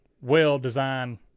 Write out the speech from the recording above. well-designed